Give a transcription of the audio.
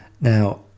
now